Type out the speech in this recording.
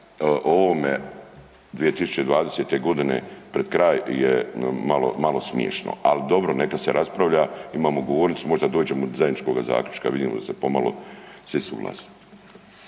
o ovome 2020. godine pred kraj je malo smiješno. Ali dobro, neka se raspravlja imamo govornicu možda dođemo do zajedničkog zaključka. Vidim da su pomalo svi suglasni.